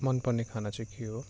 मनपर्ने खाना चाहिँ के हो